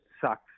sucks